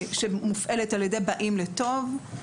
שמופעלת על ידי "באים לטוב".